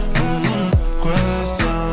Question